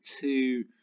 two